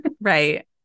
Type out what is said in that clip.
Right